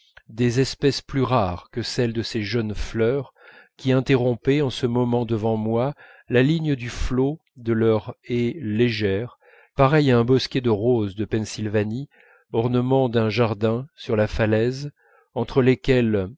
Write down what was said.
des espèces plus rares que celles de ces jeunes fleurs qui interrompaient en ce moment devant moi la ligne du flot de leur haie légère pareille à un bosquet de roses de pennsylvanie ornement d'un jardin sur la falaise entre lesquelles